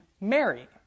Mary